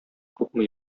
күпме